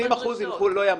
20% לא יעבדו.